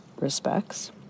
respects